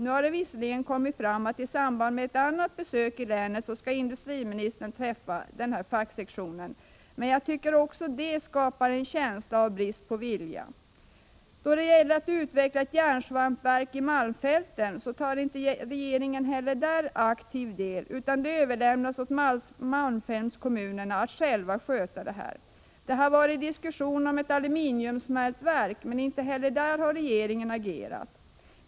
Nu har det visserligen kommit fram att industriministern i samband med ett annat besök i länet skall träffa fackföreningssektionen, men jag tycker att också det skapar en känsla av brist på vilja. När det gäller att utveckla ett järnsvampverk i malmfälten tar regeringen inte heller aktiv del, utan det överlåts åt malmfältskommunerna själva. Det har varit diskussion om ett aluminiumsmältverk, men inte heller där har regeringen agerat.